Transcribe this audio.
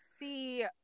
see